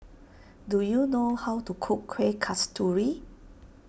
do you know how to cook Kuih Kasturi